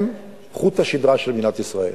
הם חוט השדרה של מדינת ישראל.